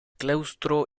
claustro